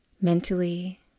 mentally